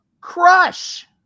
Crush